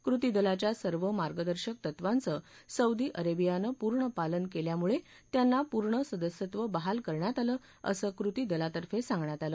कृती दलाच्या सर्व मार्गदर्शक तत्वांचं सौदी अरेबियानं पुर्ण पालन केल्यामुळे त्यांना पूर्ण सदस्यत्व बहाल करण्यात आलं असं कृती दलतफे सांगण्यात आलं